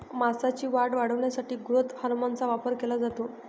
मांसाची वाढ वाढवण्यासाठी ग्रोथ हार्मोनचा वापर केला जातो